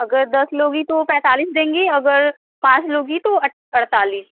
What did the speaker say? अगर दस लोगी तो पेंतालीस देंगे अगर पाँच लोगी तो अड़तालीस